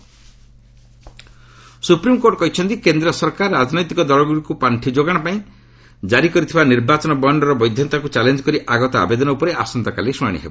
SC electoral bonds supreme court କହିଛନ୍ତି କେନ୍ଦ୍ର ସରକାର ରାଜନୈତିକ ଦଳଗୁଡ଼ିକୁ ପାଣ୍ଠି ଯୋଗାଣ ପାଇଁ କେନ୍ଦ୍ର କରିଥିବା ନିର୍ବାଚନୀ ବଣ୍ଡର ବୈଧତାକୁ ଚ୍ୟାଲେଞ୍ କରି ଆଗତ ଆବେଦନ ଉପରେ ଆସନ୍ତାକାଲି ଶୁଣାଣି ହେବ